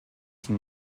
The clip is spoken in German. die